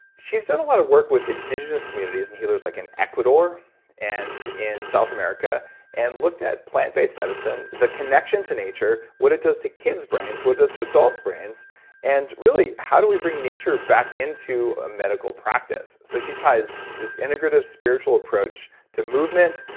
she's done a lot of work with indigenous communities and healers like in ecuador and in south america and looked at plant-based medicine, the connection to nature, what it does to kids' brains, what it does to adults' brains and really how do we bring nature back into ah medical practice? so she ties this integrative, spiritual approach to movement,